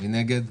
מי נגד?